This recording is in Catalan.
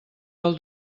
del